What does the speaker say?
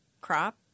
crop